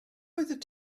oeddet